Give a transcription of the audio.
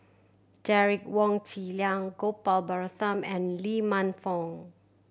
Derek Wong Zi Liang Gopal Baratham and Lee Man Fong